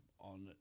on